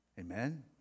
Amen